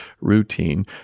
routine